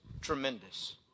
tremendous